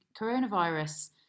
coronavirus